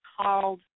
called